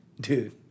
dude